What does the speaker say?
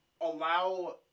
allow